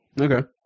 Okay